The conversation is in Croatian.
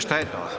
Šta je to?